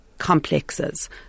Complexes